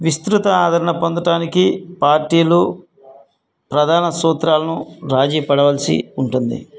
విస్తృత ఆదరణ పొందటానికి పార్టీలు ప్రధాన సూత్రాలను రాజీ పడవల్సి ఉంటుంది